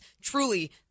truly